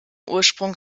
ursprung